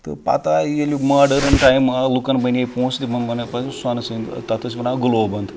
تہٕ پَتہٕ آیہِ ییٚلہِ ماڈٲرٕن ٹایم آو لُکَن بَنے پونٛسہٕ تِمو بَنٲے پَتہٕ سۄنہٕ سٕنٛدۍ تَتھ ٲسۍ وَنان گُلوبَنٛد